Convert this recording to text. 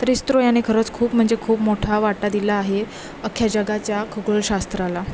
तर इस्त्रो याने खरंच खूप म्हणजे खूप मोठा वाटा दिला आहे अख्ख्या जगाच्या खगोलशास्त्राला